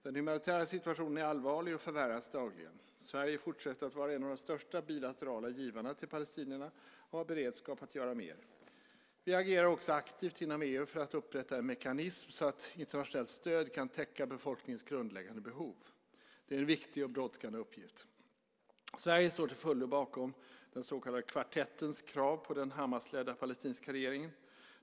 Den humanitära situationen är allvarlig och förvärras dagligen. Sverige fortsätter att vara en av de största bilaterala givarna till palestinierna och har beredskap att göra mer. Vi agerar också aktivt inom EU för att upprätta en mekanism så att internationellt stöd kan täcka befolkningens grundläggande behov. Det är en viktig och brådskande uppgift. Sverige står till fullo bakom den så kallade kvartettens krav på den Hamasledda palestinska regeringen.